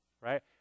right